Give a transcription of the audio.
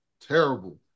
terrible